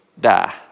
die